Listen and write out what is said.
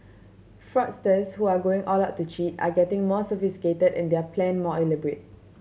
fraudsters who are going all out to cheat are getting more sophisticated and their plan more elaborate